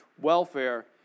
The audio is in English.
welfare